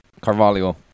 Carvalho